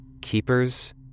Keepers